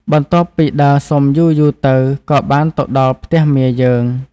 បន្ទាប់ពីដើរសុំយូរៗទៅក៏បានទៅដល់ផ្ទះមាយើង។